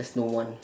there's no one